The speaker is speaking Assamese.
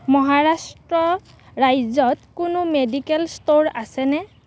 মহাৰাষ্ট্ৰ ৰাজ্যত কোনো মেডিকেল ষ্ট'ৰ আছেনে